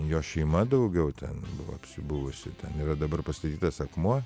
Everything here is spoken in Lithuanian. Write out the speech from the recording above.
jo šeima daugiau ten buvo apsibuvusi ten yra dabar pastatytas akmuo